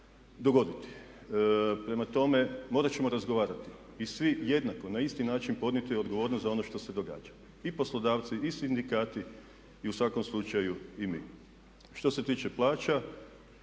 dogoditi. Prema tome, morat ćemo razgovarati i svi jednako na isti način podnijeti odgovornost za ono što se događa. I poslodavci i sindikati i u svakom slučaju i mi. Što se tiče radnog